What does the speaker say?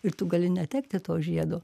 ir tu gali netekti to žiedo